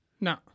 No